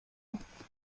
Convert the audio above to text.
enormemente